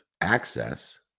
access